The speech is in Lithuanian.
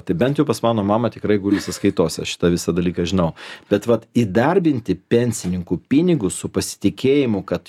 tai bent jau pas mano mamą tikrai guli sąskaitose šitą visą dalyką žinau bet vat įdarbinti pensininkų pinigus su pasitikėjimu kad